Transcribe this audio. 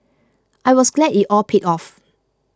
I was glad it all paid off